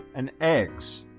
and eggs.